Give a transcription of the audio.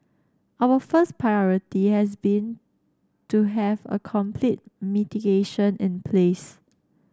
our first priority has been to have a complete mitigation in place